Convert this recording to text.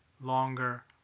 longer